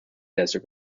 desert